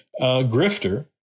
grifter